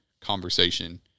conversation